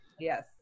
Yes